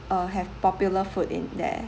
uh have popular food in there